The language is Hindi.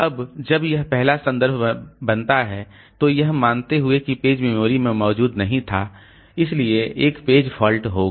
अब जब यह पहला संदर्भ बनता है तो यह मानते हुए कि पेज मेमोरी में मौजूद नहीं था इसलिए एक पेज फॉल्ट होगा